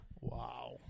Wow